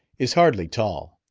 is hardly tall.